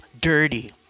dirty